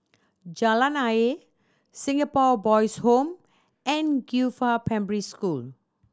Jalan Ayer Singapore Boys' Home and Qifa Primary School